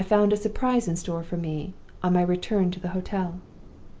i found a surprise in store for me on my return to the hotel.